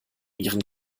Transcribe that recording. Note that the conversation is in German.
ihren